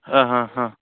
ஆ ஆ ஆ